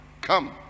come